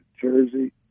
Jersey